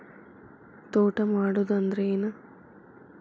ತೋಟ ಮಾಡುದು ಅಂದ್ರ ಏನ್?